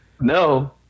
no